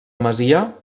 masia